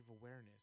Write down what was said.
awareness